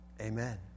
Amen